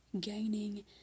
gaining